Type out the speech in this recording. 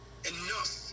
enough